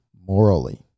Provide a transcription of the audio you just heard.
morally